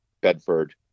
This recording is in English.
Bedford